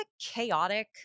chaotic